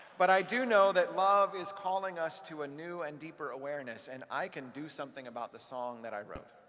but i do know that love is calling us to a new and deeper awareness, and i can do something about the song that i wrote.